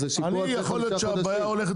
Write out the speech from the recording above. זה שיפוע --- יכול להיות שהבעיה הולכת